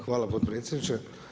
Hvala potpredsjedniče.